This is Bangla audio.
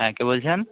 হ্যাঁ কে বলছেন